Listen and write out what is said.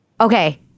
Okay